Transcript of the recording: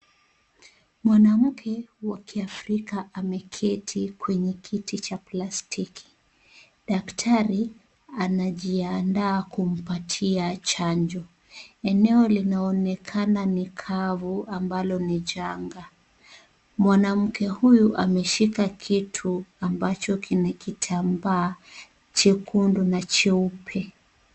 Mwanamke wa KiAfrika ameketi kwenye kiti cha plastiki. Daktari anajiandaa kumpatia chanjo. Eneo linaonekana ni kavu ambalo ni janga. Mwanamke huyu ameshika kitu ambacho kina kitambaa chekundu na cheupe.